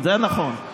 זה נכון.